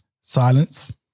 Silence